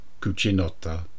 Cucinotta